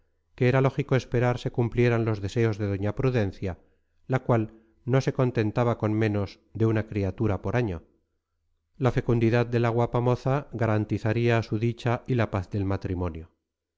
que era lógico esperar se cumplieran los deseos de doña prudencia la cual no se contentaba con menos de una criatura por año la fecundidad de la guapa moza garantizaría su dicha y la paz del matrimonio